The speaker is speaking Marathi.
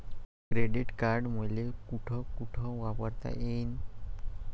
क्रेडिट कार्ड मले कोठ कोठ वापरता येईन?